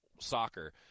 soccer